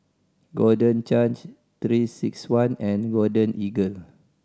Golden Change Three Six One and Golden Eagle